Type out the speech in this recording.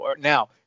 now